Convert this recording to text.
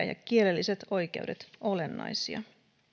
ja kielelliset oikeudet olennaisia